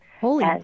Holy